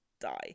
die